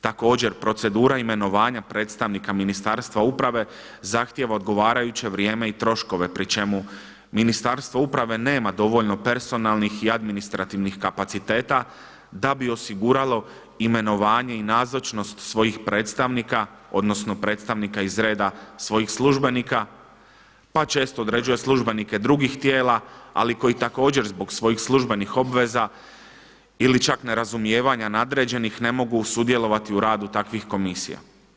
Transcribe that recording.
Također procedura imenovanja predstavnika Ministarstva uprave zahtijeva odgovarajuće vrijeme i troškove pri čemu Ministarstvo uprave nema dovoljno personalnih i administrativnih kapaciteta da bi osiguralo imenovanje i nazočnost svojih predstavnika, odnosno predstavnika iz reda svojih službenika, pa često određuje službenike drugih tijela ali koji također zbog svojih službenih obveza ili čak nerazumijevanja nadređenih ne mogu sudjelovati u radu takvih komisija.